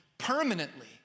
Permanently